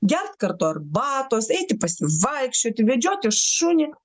gert kartu arbatos eiti pasivaikščioti vedžioti šunį